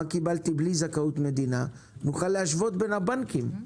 מה קיבלתי בלי זכאות מדינה - נוכל להשוות בין הבנקים.